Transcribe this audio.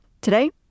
Today